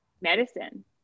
medicine